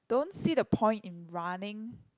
don't see the point in running